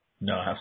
No